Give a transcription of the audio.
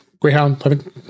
Greyhound